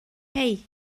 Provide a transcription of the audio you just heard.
hei